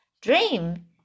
Dream